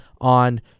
on